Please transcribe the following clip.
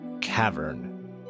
cavern